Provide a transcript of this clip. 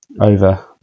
over